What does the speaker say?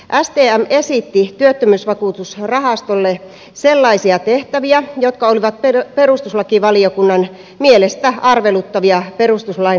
stm esitti työttömyysvakuutusrahastolle sellaisia tehtäviä jotka olivat perustuslakivaliokunnan mielestä arveluttavia perustuslain näkökulmasta